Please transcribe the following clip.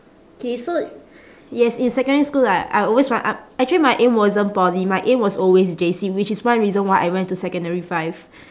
okay so yes in secondary school like I always wa~ ah actually my aim wasn't poly my aim was always J_C which is one reason why I went to secondary five